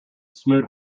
smoot